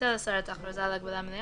יבטל השר את ההכרזה על הגבלה מלאה,